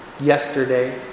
yesterday